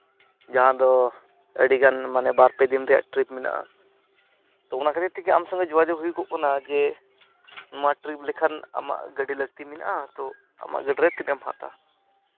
ᱡᱟᱦᱟᱸ ᱫᱚ ᱟᱹᱰᱤᱜᱟᱱ ᱢᱟᱱᱮ ᱵᱟᱨ ᱯᱮ ᱫᱤᱱ ᱨᱮᱭᱟᱜ ᱴᱨᱤᱯ ᱢᱮᱱᱟᱜᱼᱟ ᱛᱳ ᱚᱱᱟ ᱠᱷᱟᱹᱛᱤᱨ ᱛᱮᱜᱮ ᱟᱢ ᱥᱚᱸᱜᱮ ᱡᱳᱜᱟᱡᱳᱜᱽ ᱦᱩᱭᱩᱜᱚᱜ ᱠᱟᱱᱟ ᱡᱮ ᱱᱚᱣᱟ ᱴᱨᱤᱯ ᱞᱮᱠᱷᱟᱱ ᱟᱢᱟᱜ ᱜᱟᱹᱰᱤ ᱞᱟᱹᱠᱛᱤ ᱢᱮᱱᱟᱜᱼᱟ ᱛᱳ ᱟᱢᱟᱜ ᱜᱟᱹᱰᱤ ᱨᱮ ᱛᱤᱱᱟᱹᱜ ᱮᱢ ᱦᱟᱛᱟᱣᱼᱟ